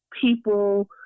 people